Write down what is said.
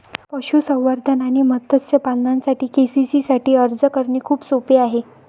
पशुसंवर्धन आणि मत्स्य पालनासाठी के.सी.सी साठी अर्ज करणे खूप सोपे आहे